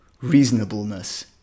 reasonableness